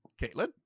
Caitlin